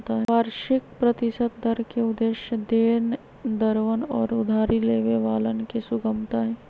वार्षिक प्रतिशत दर के उद्देश्य देनदरवन और उधारी लेवे वालन के सुगमता हई